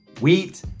wheat